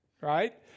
right